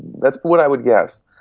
that's what i would guess,